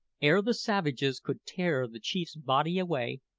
ere the savages could tear the chief's body away,